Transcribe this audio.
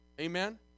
Amen